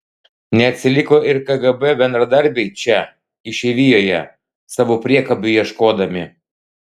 neatsiliko ir kgb bendradarbiai čia išeivijoje savo priekabių ieškodami